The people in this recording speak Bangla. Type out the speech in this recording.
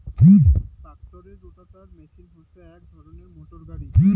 ট্রাক্টরের রোটাটার মেশিন হসে এক ধরণের মোটর গাড়ি